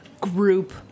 group